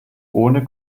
ohne